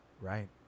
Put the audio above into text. Right